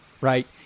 right